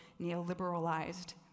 neoliberalized